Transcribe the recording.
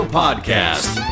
podcast